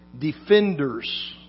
defenders